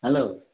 hello